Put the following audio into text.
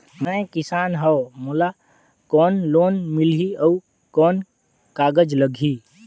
मैं किसान हव मोला कौन लोन मिलही? अउ कौन कागज लगही?